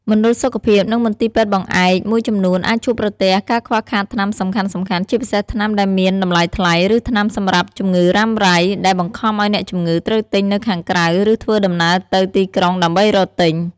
មណ្ឌលសុខភាព និងមន្ទីរពេទ្យបង្អែកមួយចំនួនអាចជួបប្រទះការខ្វះខាតថ្នាំសំខាន់ៗ ជាពិសេសថ្នាំដែលមានតម្លៃថ្លៃ ឬថ្នាំសម្រាប់ជំងឺរ៉ាំរ៉ៃ ដែលបង្ខំឱ្យអ្នកជំងឺត្រូវទិញនៅខាងក្រៅ ឬធ្វើដំណើរទៅទីក្រុងដើម្បីរកទិញ។